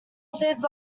methods